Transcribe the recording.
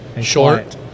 short